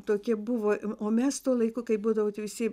tokie buvo o mes tuo laiku kai būdavo tie visi